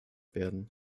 werden